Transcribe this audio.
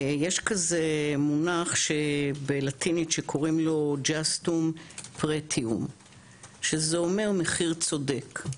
יש כזה מונח בלטינית שקוראים לוpretium justum שזה אומר מחיר צודק.